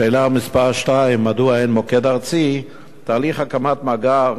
לשאלה מס' 2, מדוע אין מוקד ארצי, תהליך הקמת מאגר